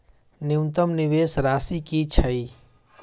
न्यूनतम निवेश राशि की छई?